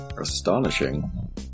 Astonishing